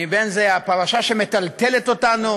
בין אם זה הפרשה שמטלטלת אותנו